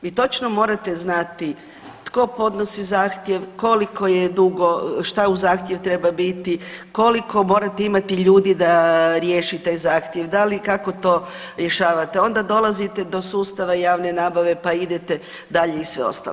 Vi točno morate znati tko podnosi zahtjev, koliko je dugo, šta u zahtjev treba biti, koliko morate imati ljudi da riješi taj zahtjev, da li, kako to rješavate, onda dolazite do sustava javne nabave pa idete dalje i sve ostalo.